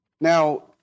Now